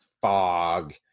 fog